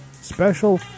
special